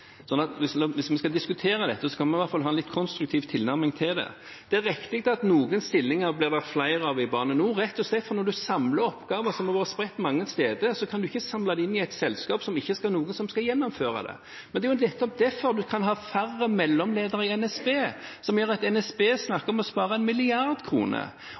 Hvis vi skal diskutere dette, kan vi i hvert fall ha en litt konstruktiv tilnærming til det. Det er riktig at noen stillinger blir det flere av i Bane NOR, rett og slett fordi en når en samler oppgaver som har vært spredt mange steder, ikke kan samle dem i et selskap som ikke skal ha noen som skal gjennomføre det. Men det er jo nettopp derfor en kan ha færre mellomledere i NSB, som gjør at NSB snakker om å spare en milliard kroner.